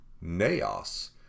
naos